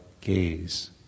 gaze